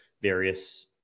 various